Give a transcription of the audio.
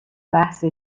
بحث